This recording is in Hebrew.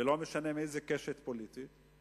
ולא משנה מאיזו קשת פוליטית,